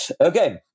Okay